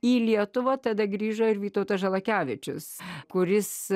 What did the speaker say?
į lietuvą tada grįžo ir vytautas žalakevičius kuris